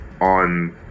on